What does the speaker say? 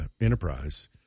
enterprise